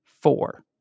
four